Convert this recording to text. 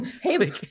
Hey